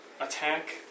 attack